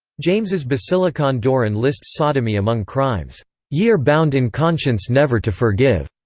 james's basilikon doron lists sodomy among crimes ye are bound in conscience never to forgive,